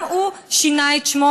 גם הוא שינה את שמו,